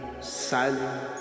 silent